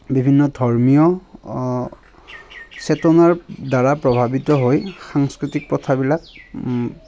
বিভিন্ন ধৰ্মীয় চেতনাৰ দ্বাৰা প্ৰভাৱিত হৈ সাংস্কৃতিক প্ৰথাবিলাক